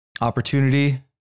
opportunity